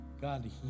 God